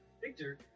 Victor